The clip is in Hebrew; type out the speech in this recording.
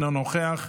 אינו נוכח,